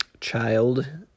child